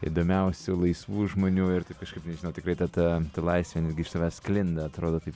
įdomiausių laisvų žmonių ir taip kažkaip nežinau tikrai ta ta laisvė iš tavęs sklinda atrodo taip